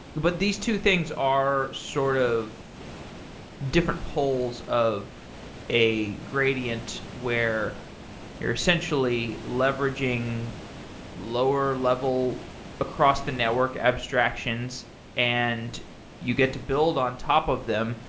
but these two things are sort of different polls of a gradient where you're essentially leveraging lower level across the network abstractions and you get to build on top of them.